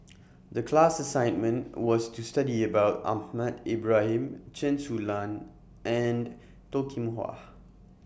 The class assignment was to study about Ahmad Ibrahim Chen Su Lan and Toh Kim Hwa